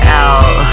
out